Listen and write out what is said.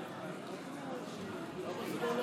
אם כן,